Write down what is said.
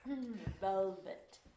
Velvet